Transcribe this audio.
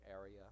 area